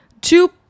Two